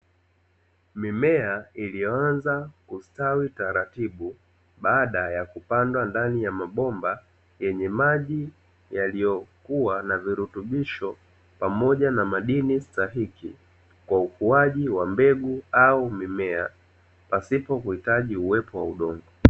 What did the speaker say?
Mimea iliyoanza kustawi taratibu baada ya kupandwa ndani ya mabomba yenye maji yaliyokuwa na virutubisho pamoja na madini stahiki kwa ukuaji wa mbegu au mimea pasipo kuhitaji uwepo wa udongo.